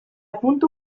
puntu